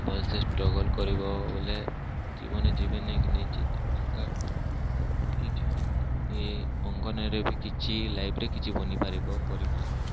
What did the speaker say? ଭଲ୍ ସେ ଷ୍ଟ୍ରଗଲ୍ କରିବ ବୋଲେ ଜୀବନେ ଜୀବନ ନେଇଚିଟି ଅଙ୍କା ଆଙ୍କିଛନ୍ତି ଏ ଅଙ୍କନରେ କିଛି ଲାଇଫ୍ରେ କିଛି ବନି ପାରିବ କରି ପାରିବ